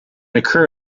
occur